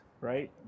right